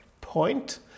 point